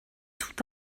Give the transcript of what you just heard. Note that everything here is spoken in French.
tout